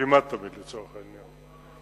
כמעט תמיד לצורך העניין.